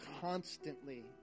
constantly